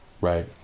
Right